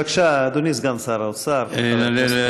בבקשה, אדוני סגן שר האוצר חבר הכנסת כהן.